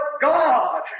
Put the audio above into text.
God